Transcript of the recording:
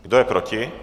Kdo je proti?